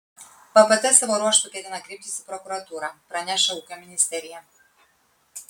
vpt savo ruožtu ketina kreiptis į prokuratūrą praneša ūkio ministerija